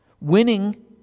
Winning